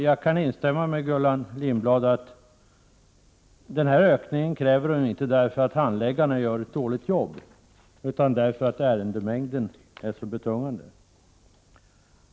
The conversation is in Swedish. Jag kan instämma i vad Gullan Lindblad sade — dvs. att den här ökningen behövs, men inte därför att handläggarna gör ett dåligt jobb, utan därför att ärendemängden är så betungande.